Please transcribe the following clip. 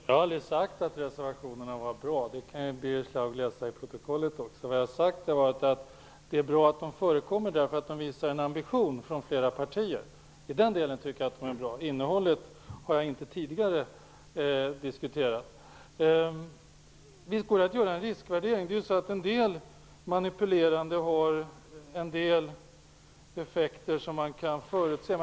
Fru talman! Jag har aldrig sagt att reservationerna är bra. Det är bara att läsa protokollet, Birger Schlaug! Jag har sagt att det är bra att de förekommer, därför att de visar på en ambition från flera partier. I den delen tycker jag att de är bra. Innehållet har jag däremot inte diskuterat. Visst går det att göra en riskvärdering. En del manipulerande har vissa effekter som kan förutses.